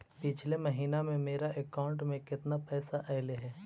पिछले महिना में मेरा अकाउंट में केतना पैसा अइलेय हे?